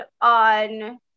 on